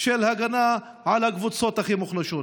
הגנה על הקבוצות הכי מוחלשות.